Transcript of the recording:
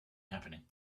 happening